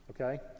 Okay